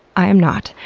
i am not.